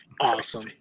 awesome